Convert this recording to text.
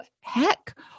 heck